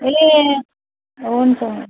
ए हुन्छ